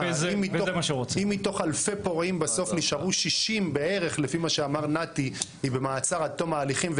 אם מתוך אלפי פורעים בסוף נשארו 60 במעצר עד תום ההליכים,